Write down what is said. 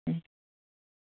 ம்